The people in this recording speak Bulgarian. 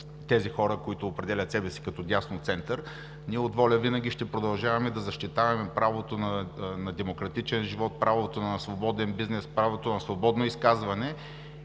на хората, които определят себе си като дясно-център. От „Воля“ винаги ще продължаваме да защитаваме правото на демократичен живот, правото на свободен бизнес, правото на свободно изказване.